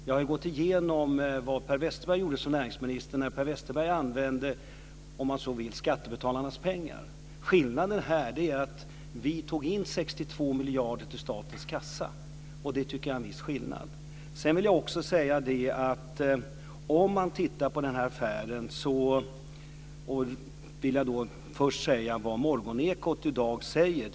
Jag har gått igenom vad Per Westerberg gjorde som näringsminister när Per Westerberg använde, om man så vill, skattebetalarnas pengar. Skillnaden här är att vi tog in 62 miljarder till statens kassa. Det tycker jag är en viss skillnad. Om man tittar på den här affären vill jag först tala om vad som sägs i dag i Morgonekot.